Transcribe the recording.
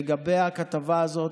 לגבי הכתבה הזאת,